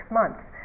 months